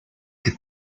que